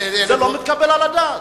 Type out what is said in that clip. זה לא מתקבל על הדעת.